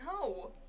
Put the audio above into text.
No